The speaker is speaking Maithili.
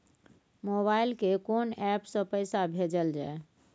मोबाइल के कोन एप से पैसा भेजल जाए?